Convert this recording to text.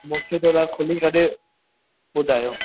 मूंखे थोरा खुली करे ॿुधायो